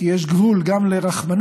כי יש גבול גם לרחמנות,